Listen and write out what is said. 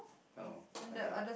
oh okay